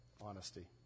honesty